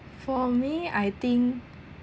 for me I think